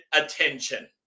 attention